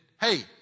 Hey